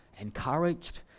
encouraged